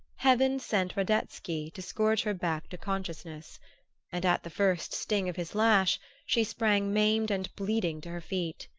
heaven sent radetsky to scourge her back to consciousness and at the first sting of his lash she sprang maimed and bleeding to her feet.